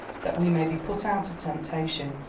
that we may be put out of temptation,